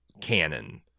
canon